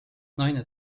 naine